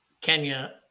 Kenya